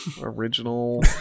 Original